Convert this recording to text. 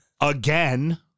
again